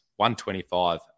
125